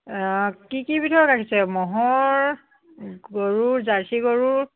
কি কি ভিতৰত ৰাখিছে ম'হৰ গৰুৰ জাৰ্চি গৰুৰ